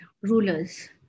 rulers